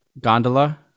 gondola